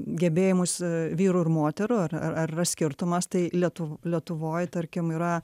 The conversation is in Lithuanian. gebėjimus vyrų ir moterų ar ar ar yra skirtumas tai lietu lietuvoj tarkim yra